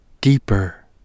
deeper